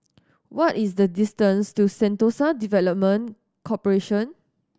what is the distance to Sentosa Development Corporation